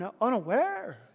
unaware